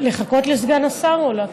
לחכות לסגן השר או לא?